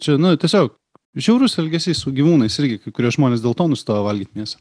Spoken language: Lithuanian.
čia nu tiesiog žiaurus elgesys su gyvūnais irgi kai kurie žmonės dėl to nustojo valgyt mėsą